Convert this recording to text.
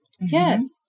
Yes